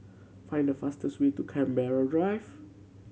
find the fastest way to Canberra Drive